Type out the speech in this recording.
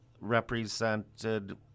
represented